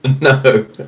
No